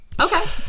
Okay